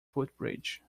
footbridge